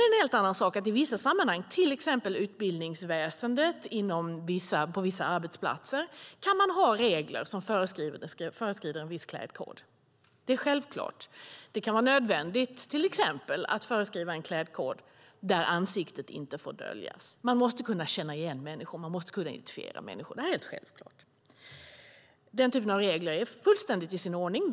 En helt annan sak är att man i vissa sammanhang, till exempel i utbildningsväsendet och på vissa arbetsplatser, kan ha regler som föreskriver en viss klädkod - självklart. Det kan till exempel vara nödvändigt att föreskriva klädkoden att ansiktet inte får döljas. Man måste kunna känna igen människor. Man måste kunna identifiera människor. Detta är självklart. Den typen av regler är helt i sin ordning.